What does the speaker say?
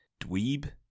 dweeb